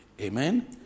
Amen